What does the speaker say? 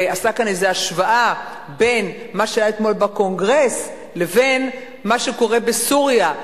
ועשה כאן איזו השוואה בין מה שהיה אתמול בקונגרס לבין מה שקורה בסוריה.